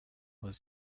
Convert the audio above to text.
was